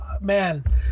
man